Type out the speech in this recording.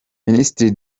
ministre